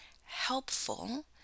helpful